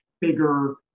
bigger